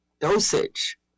dosage